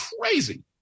crazy